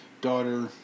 daughter